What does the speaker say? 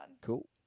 Cool